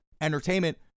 entertainment